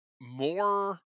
more